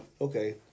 okay